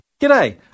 G'day